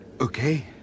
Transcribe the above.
okay